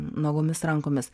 nuogomis rankomis